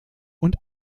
und